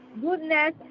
Goodness